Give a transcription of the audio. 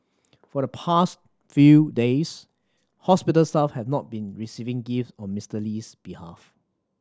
for the past few days hospital staff have not been receiving gift on Mister Lee's behalf